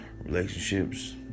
relationships